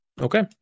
Okay